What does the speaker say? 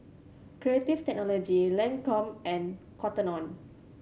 Creative Technology Lancome and Cotton On